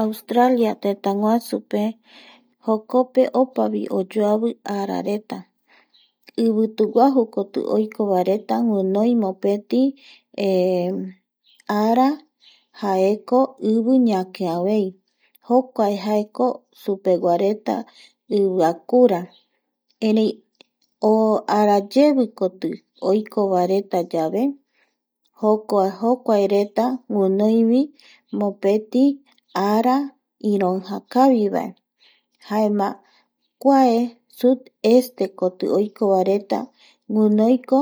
Aaustralia tëtäguasusupe jokope opavi oyoavi arareta ivituguaju koti oiko vaereta guinoi ara jaeko ivi ñakiavei jokuae jaekosupeguareta iviakura erei arayevikoti oiko va retayave jokuaereta guinoivi mopeti ara iroija kavivae jaema kuasud estekoti oiko vaereta guinoiko